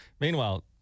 meanwhile